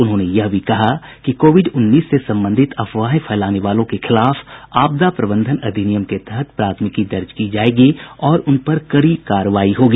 उन्होंने यह भी कहा कि कोविड उन्नीस से संबंधित अफवाहें फैलाने वालों के खिलाफ आपदा प्रबंधन अधिनियम के तहत प्राथमिकी दर्ज की जाएगी और उनपर कड़ी कार्रवाई की जायेगी